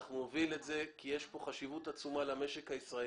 אנחנו נוביל את זה כי יש כאן חשיבות עצומה למשק הישראלי.